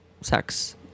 sex